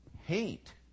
hate